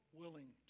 willing